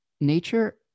nature